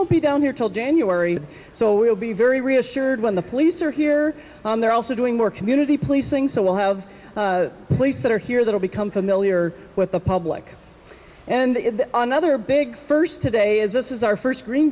will be down here till january so we'll be very reassured when the police are here and they're also doing more community policing so we'll have police that are here that will become familiar with the public and another big first today is this is our first green